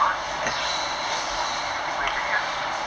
!huh! then is going to shooting range already ah